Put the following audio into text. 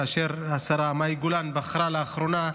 כאשר השרה מאי גולן בחרה לאחרונה,